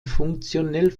funktionell